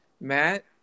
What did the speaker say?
Matt